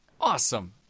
Awesome